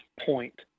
point